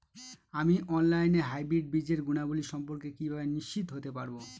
আমি অনলাইনে হাইব্রিড বীজের গুণাবলী সম্পর্কে কিভাবে নিশ্চিত হতে পারব?